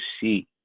see